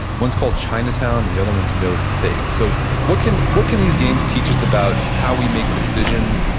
one's called chinatown and the other one's no thanks! so what can what can these games teach us about how we make decisions,